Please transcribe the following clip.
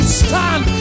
stand